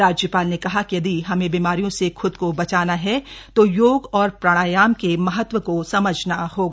राज्यपाल ने कहा कि यदि हमें बीमारियों से ख्द को बचाना है तो योग और प्राणायाम के महत्व को समझना होगा